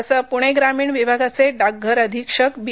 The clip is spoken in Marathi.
असं पूणे ग्रामीण विभागाचे डाकघर अधीक्षक बी